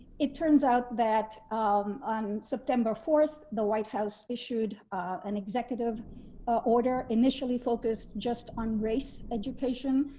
it turns out that um on september four so the white house issued an executive order initially focused just on race, education,